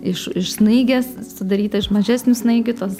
iš snaigės sudaryta iš mažesnių snaigių tos